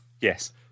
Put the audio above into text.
Yes